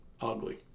ugly